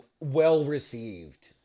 Well-received